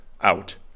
out